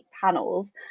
panels